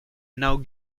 now